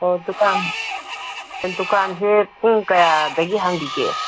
ꯍꯣꯏ ꯗꯨꯀꯥꯟ ꯗꯨꯀꯥꯟꯁꯦ ꯄꯨꯡ ꯀꯌꯥꯗꯒꯤ ꯍꯥꯡꯕꯤꯒꯦ